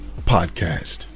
podcast